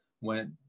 went